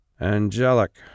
Angelic